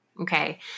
Okay